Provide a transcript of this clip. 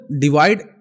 divide